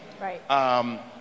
Right